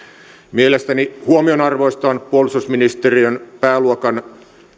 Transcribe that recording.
mielestäni huomionarvoista on puolustusministeriön pääluokan